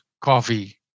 coffee